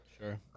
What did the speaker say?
Sure